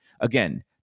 again